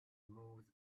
moves